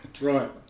Right